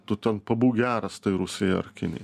tu ten pabūk geras tai rusijai ar kinijai